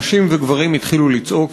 נשים וגברים התחילו לצעוק,